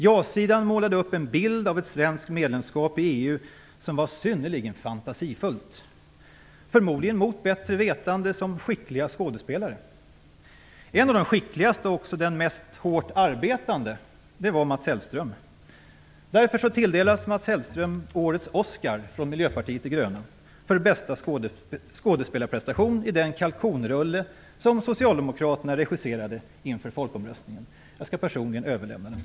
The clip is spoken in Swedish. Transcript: Ja-sidan målade upp en bild av ett svenskt medlemskap i EU som var synnerligen fantasifullt - förmodligen mot bättre vetande, som skickliga skådespelare. En av de skickligaste, och också den mest hårt arbetande, var Mats Hellström. Därför tilldelas han årets Oskar från Miljöpartiet de gröna för bästa skådespelarprestation i den kalkonrulle som Socialdemokraterna regisserade inför folkomröstningen. Jag skall personligen överlämna priset.